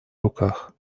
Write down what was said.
руках